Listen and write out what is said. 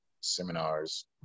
seminars